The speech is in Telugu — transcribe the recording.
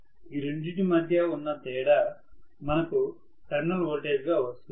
ఈ రెండింటి మధ్య ఉన్న తేడా మనకు టెర్మినల్ వోల్టేజ్ గా వస్తుంది